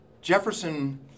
Jefferson